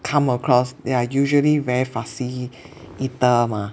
come across they are usually very fussy eater mah